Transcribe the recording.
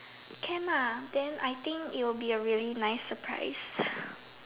can ah then I think it will be a really nice surprise